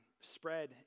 spread